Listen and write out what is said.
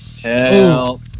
Hell